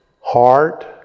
heart